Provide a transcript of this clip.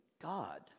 god